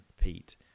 Pete